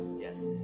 Yes